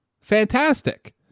Fantastic